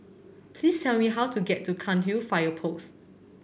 please tell me how to get to Cairnhill Fire Post